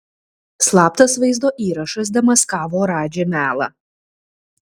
slaptas vaizdo įrašas demaskavo radži melą